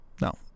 No